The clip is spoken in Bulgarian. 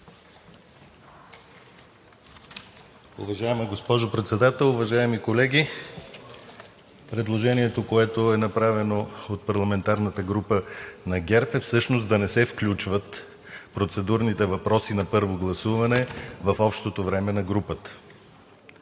Уважаема госпожо Председател, уважаеми колеги! Предложението, което е направено от парламентарната група на ГЕРБ-СДС, всъщност е да не се включват процедурните въпроси на първо гласуване в общото време на групата,